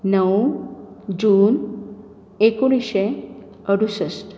णव जून एकूणशें अडुसश्ट